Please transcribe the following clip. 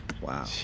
Wow